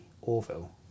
Orville